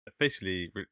officially